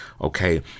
okay